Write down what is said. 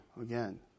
again